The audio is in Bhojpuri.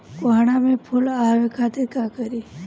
कोहड़ा में फुल आवे खातिर का करी?